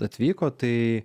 atvykot tai